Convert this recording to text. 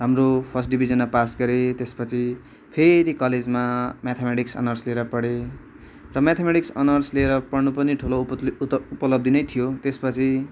राम्रो फर्स्ट डिभिजनमा पास गरेँ त्यस पछि फेरि कलेजमा म्याथामेटिक्स अनर्स लिएर पढेँ र म्याथामेटिक्स अनर्स लिएर पढ्नु पनि ठुलो उपलब्धि उपत उपलब्धि नै थियो त्यस पछि